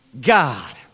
God